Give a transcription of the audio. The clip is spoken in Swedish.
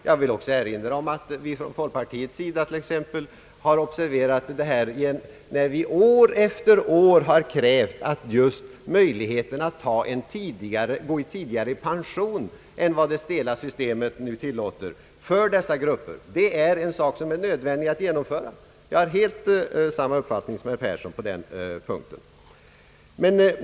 Jag vill även erinra om att folkpartiet har observerat detta problem. Vi har år efter år krävt, att just möjligheten att gå i pension tidigare än vad det nuvarande stela systemet tillåter för dessa grupper är en sak som är nödvändig att genomföra. Jag har helt samma uppfattning som herr Persson på den punkten.